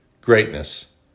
Greatness